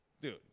dude